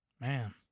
Man